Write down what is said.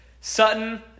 Sutton